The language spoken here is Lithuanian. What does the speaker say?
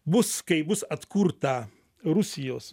bus kai bus atkurta rusijos